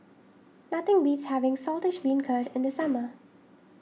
nothing beats having Saltish Beancurd in the summer